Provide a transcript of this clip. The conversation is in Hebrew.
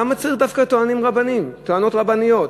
למה צריך דווקא טוענים רבניים, טוענות רבניות?